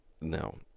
no